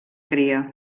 cria